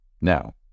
Now